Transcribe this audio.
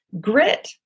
Grit